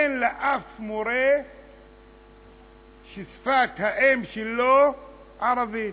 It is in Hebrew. אין לה אף מורה ששפת האם שלו ערבית.